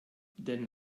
den